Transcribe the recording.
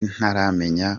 ntaramenya